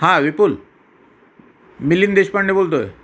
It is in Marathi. हां विपुल मिलिंद देशपांडे बोलतो आहे